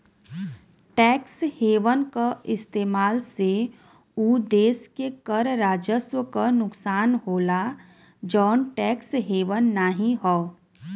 tax haven क इस्तेमाल से उ देश के कर राजस्व क नुकसान होला जौन टैक्स हेवन नाहीं हौ